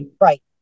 Right